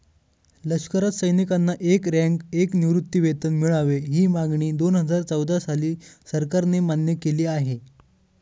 लष्करात सैनिकांना एक रँक, एक निवृत्तीवेतन मिळावे, ही मागणी दोनहजार चौदा साली सरकारने मान्य केली आहे